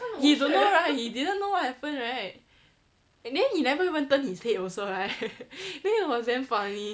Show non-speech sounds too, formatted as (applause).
he don't know right he didn't know what happened right and then he never even turn his head also right (laughs) then it was damn funny